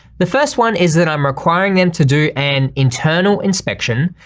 the first one is that i'm requiring them to do an internal inspection,